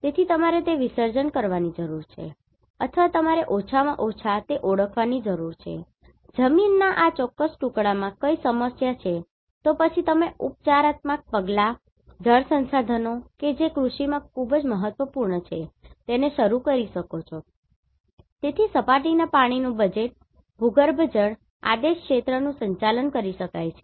તેથી તમારે તે વિસર્જન કરવાની જરૂર છે અથવા તમારે ઓછામાં ઓછા તે ઓળખવાની જરૂર છે કે જમીનના આ ચોક્કસ ટુકડામાં કઈ સમસ્યાઓ છે તો પછી તમે ઉપચારાત્મક પગલાં જળ સંસાધનો કે જે કૃષિમાં ખૂબ જ મહત્વપૂર્ણ છે તેને શરૂ કરી શકો છો તેથી સપાટીના પાણી નું બજેટ ભૂગર્ભજળ આદેશ ક્ષેત્રનું સંચાલન કરી શકાય છે